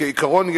כעיקרון,